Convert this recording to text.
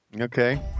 Okay